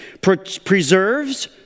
preserves